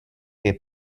che